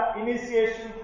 initiation